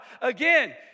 again